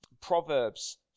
Proverbs